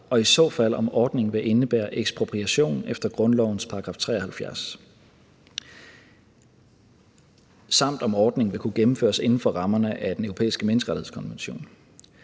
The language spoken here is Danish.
og i så fald, om ordningen vil indebære ekspropriation efter grundlovens § 73 – samt om ordningen vil kunne gennemføres inden for rammerne af Den Europæiske Menneskerettighedskonvention.